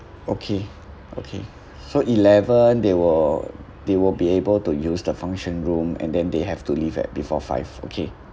okay okay so eleven they will they will be able to use the function room and then they have to leave at before five okay